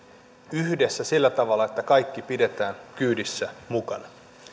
yhdessä sillä tavalla että kaikki pidetään kyydissä mukana